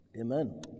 Amen